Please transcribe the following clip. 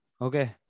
Okay